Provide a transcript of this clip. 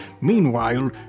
Meanwhile